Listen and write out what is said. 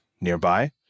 nearby